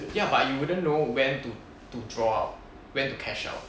ya but you wouldn't know when to to draw out when to cash out